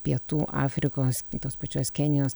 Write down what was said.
pietų afrikos tos pačios kenijos